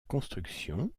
construction